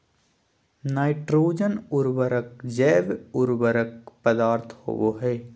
nitrogen उर्वरक जैव उर्वरक पदार्थ होबो हइ